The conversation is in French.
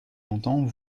longtemps